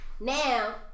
Now